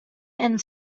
and